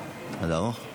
קורבנות טרור